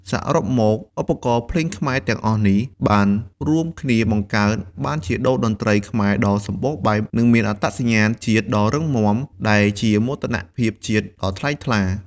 សរុបមក ឧបករណ៍ភ្លេងខ្មែរទាំងអស់នេះ បានរួមគ្នាបង្កើតបានជាតូរ្យតន្ត្រីខ្មែរដ៏សម្បូរបែប និងមានអត្តសញ្ញាណជាតិដ៏រឹងមាំ ដែលជាមោទនភាពជាតិដ៏ថ្លៃថ្លា។